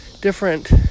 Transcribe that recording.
different